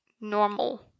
normal